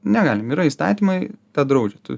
negalim yra įstatymai tą draudžia tu